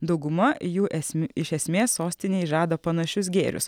dauguma jų esm iš esmės sostinėje žada panašius gėrius